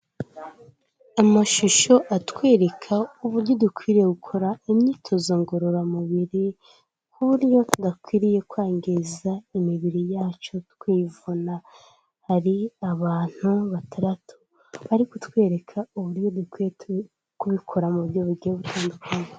Amashusho atwereka uburyo dukwiriye gukora imyitozo ngororamubiri, ku buryo tudakwiriye kwangiza imibiri yacu twivuna, hari abantu batandatu bari kutwereka uburyo dukwiye kubikora mu buryo bugiye butandukanye.